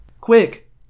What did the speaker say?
Quick